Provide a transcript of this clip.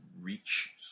Reach